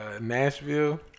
Nashville